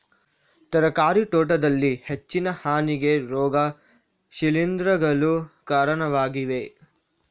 ತರಕಾರಿ ತೋಟದಲ್ಲಿ ಹೆಚ್ಚಿನ ಹಾನಿಗೆ ರೋಗ ಶಿಲೀಂಧ್ರಗಳು ಕಾರಣವಾಗಿವೆ